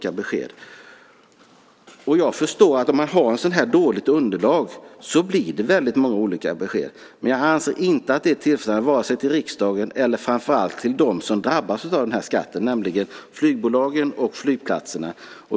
Jag förstår att om man har ett så dåligt underlag blir det många olika besked. Jag anser inte att det är tillfredsställande för vare sig riksdagen eller för framför allt dem som drabbas av skatten, nämligen flygbolagen och flygplatserna.